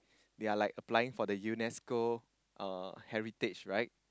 they are like applying for the UNESCO uh heritage right